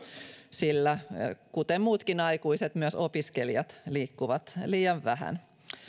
sillä kuten muutkin aikuiset myös opiskelijat liikkuvat liian vähän